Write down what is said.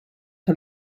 que